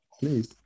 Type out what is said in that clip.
please